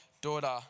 daughter